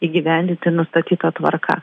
įgyvendinti nustatyta tvarka